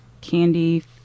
Candy